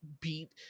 beat